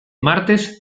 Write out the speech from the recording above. martes